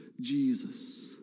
Jesus